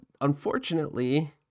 unfortunately